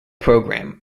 program